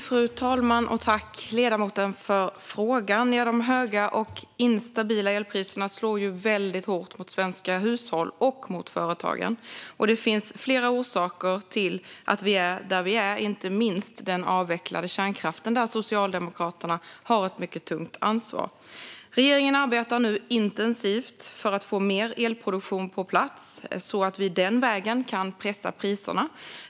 Fru talman! Jag tackar ledamoten för frågan. De höga och instabila elpriserna slår väldigt hårt mot svenska hushåll och företag. Det finns flera orsaker till att vi är där vi är, inte minst den avvecklade kärnkraften. Där har Socialdemokraterna ett mycket tungt ansvar. Regeringen arbetar nu intensivt för att få mer elproduktion på plats så att vi den vägen kan pressa priserna.